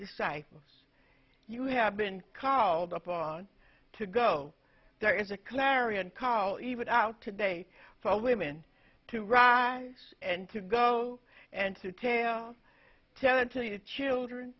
disciples you have been called upon to go there is a clarion call even out today for women to rise and to go and to tale tell and tell you the children